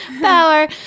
Power